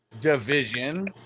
division